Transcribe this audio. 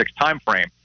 timeframe